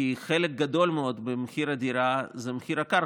כי חלק גדול מאוד ממחיר הדירה זה מחיר הקרקע.